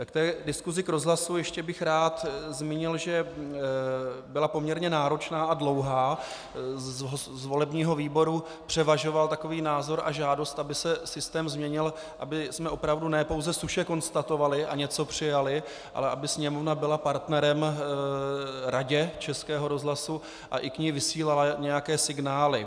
K té diskusi k rozhlasu bych ještě rád zmínil, že byla poměrně náročná a dlouhá, z volebního výboru převažoval takový názor a žádost, aby se systém změnil, abychom ne pouze suše konstatovali a něco přijali, ale aby Sněmovna byla partnerem Radě Českého rozhlasu a i k ní vysílala nějaké signály.